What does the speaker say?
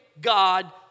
God